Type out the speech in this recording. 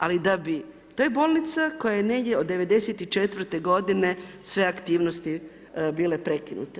Ali, da bi, to je bolnica koja je negdje od 1994. godine sve aktivnosti bile prekinute.